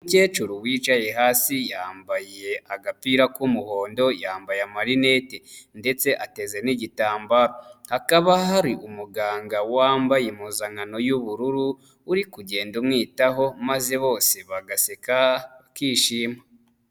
Umukecuru wicaye hasi, yambaye agapira k'umuhondo, yambaye marinete ndetse ateze n'igitambaro. Hakaba hari umuganga wambaye impuzankano y'ubururu uri kugenda umwitaho, maze bose bagaseka, bakishima.